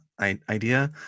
idea